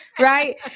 right